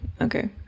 Okay